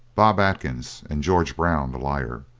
bob atkins, and george brown the liar,